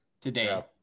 today